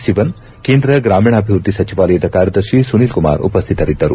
ಸಿವನ್ ಕೇಂದ್ರ ಗ್ರಾಮೀಣಾಭಿವೃದ್ದಿ ಸಚಿವಾಲಯದ ಕಾರ್ಯದರ್ತಿ ಸುನೀಲ್ ಕುಮಾರ್ ಉಪಸ್ತಿತರಿದ್ದರು